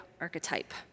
archetype